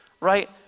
right